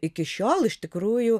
iki šiol iš tikrųjų